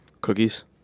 Cookies